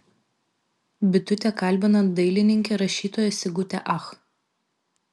bitutė kalbina dailininkę rašytoją sigutę ach